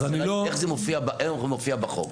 איך זה מופיע בחוק?